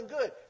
good